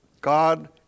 God